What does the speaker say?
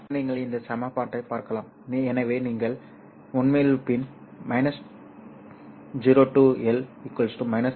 எனவே நீங்கள் இந்த சமன்பாட்டைப் பார்க்கலாம் எனவே நீங்கள் உண்மையில் பின் 0